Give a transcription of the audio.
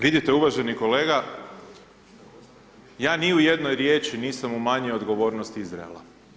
Vidite uvaženi kolega, ja ni u jednoj riječi nisam umanjio odgovornost Izraela.